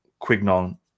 Quignon